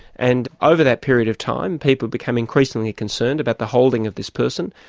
and, over that period of time people became increasingly concerned about the holding of this person,